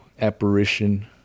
apparition